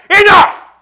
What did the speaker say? enough